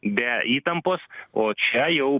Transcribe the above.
be įtampos o čia jau